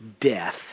Death